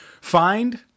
find